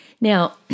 Now